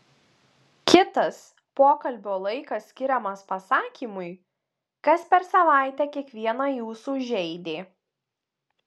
kitas pokalbio laikas skiriamas pasakymui kas per savaitę kiekvieną jūsų žeidė